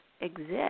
exist